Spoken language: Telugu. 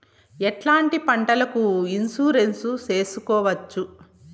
ఎట్లాంటి పంటలకు ఇన్సూరెన్సు చేసుకోవచ్చు?